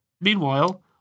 Meanwhile